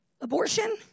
Abortion